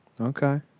Okay